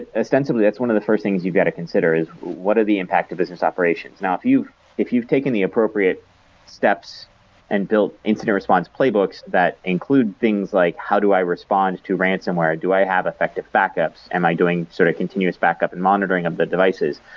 extensively, that's one of the first things you got to consider is what are the impacts to business operations? and if you've taken the appropriate steps and built incidence response playbooks that include things like, how do i respond to ransonware? do i have effective backups? am i doing sort of continuous backup and monitoring of the devices?